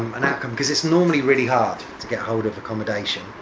um an outcome. because it's normally really hard to get hold of accommodation.